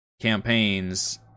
campaigns